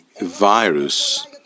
virus